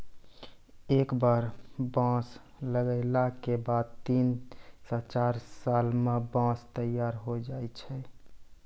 एक बार बांस लगैला के बाद तीन स चार साल मॅ बांंस तैयार होय जाय छै